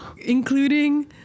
including